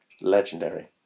Legendary